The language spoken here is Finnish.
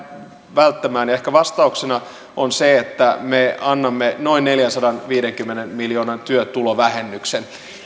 välttämään ehkä vastauksena on se että me annamme noin neljänsadanviidenkymmenen miljoonan työtulovähennyksen